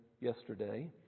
yesterday